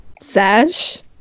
Sash